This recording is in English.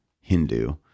Hindu